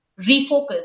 refocus